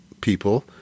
people